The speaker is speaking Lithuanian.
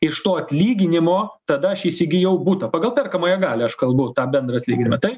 iš to atlyginimo tada aš įsigijau butą pagal perkamąją galią aš kalbu tą bendrą atlyginimą taip